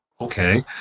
okay